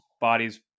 bodies